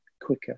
quicker